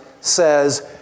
says